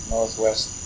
Northwest